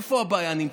איפה הבעיה נמצאת?